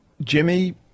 Jimmy